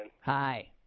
Hi